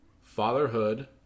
Fatherhood